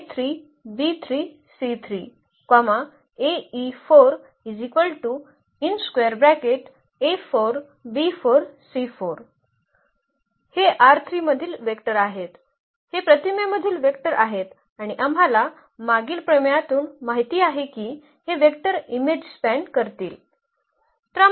हे मधील वेक्टर आहेत हे प्रतिमेमधील वेक्टर आहेत आणि आम्हाला मागील प्रमेयातून माहित आहे की हे वेक्टर इमेज स्पॅन करतील